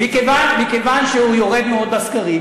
מכיוון שהוא יורד מאוד בסקרים,